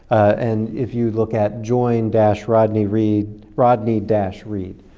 and if you look at join dash rodney reed rodney dash read,